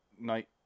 night